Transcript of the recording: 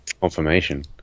confirmation